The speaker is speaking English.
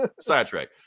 sidetrack